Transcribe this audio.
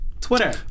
Twitter